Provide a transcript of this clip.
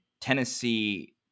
Tennessee